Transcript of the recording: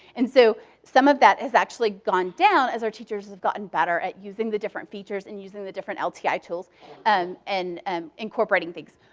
and so some of that has actually gone down as our teachers have gotten better at using the different features and using the different lti tools and and incorporating things.